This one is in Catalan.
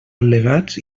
al·legats